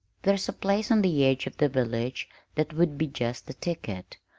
there's a place on the edge of the village that would be just the ticket,